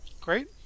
great